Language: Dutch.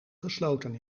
gesloten